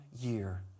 year